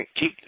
keep